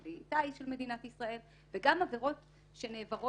כלי טייס של מדינת ישראל וגם עבירות שנעברות